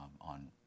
on